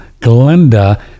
Glenda